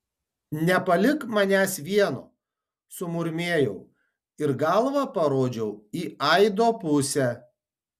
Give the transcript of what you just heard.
nepalik manęs vieno sumurmėjau ir galva parodžiau į aido pusę